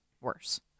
worse